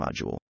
module